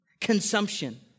consumption